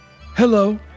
Hello